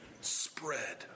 spread